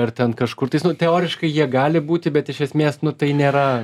ar ten kažkur tais nu teoriškai jie gali būti bet iš esmės nu tai nėra